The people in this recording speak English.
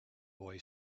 boy